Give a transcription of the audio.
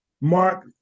mark